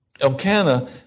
Elkanah